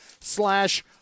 slash